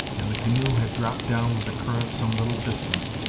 and the canoe had dropped down with the current some little distance,